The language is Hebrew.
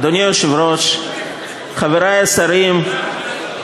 אדוני היושב-ראש, חברי השרים,